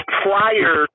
prior